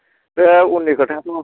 बे उननि खोथाखौ